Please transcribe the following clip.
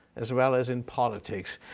as well as in politics,